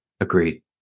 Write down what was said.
Agreed